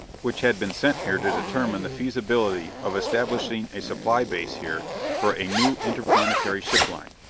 which had been sent here to determine the feasibility of establishing a supply base here for a new interplanetary ship line.